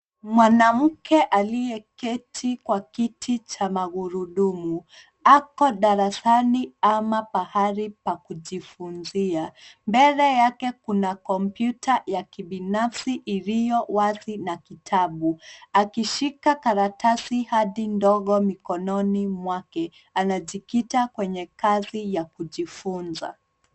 Mwanamke aliyeketi kwa kiti cha magurudumu. Ako darasani ama pahari pa kujifunzia. Mbele yake kuna kompyuta ya kibinafsi iliyo wazi na kitabu. Akishika karatasi hadi ndogo mikononi mwake anajikita kwenye kazi ya kujifunza.